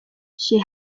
she